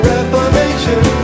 Reformation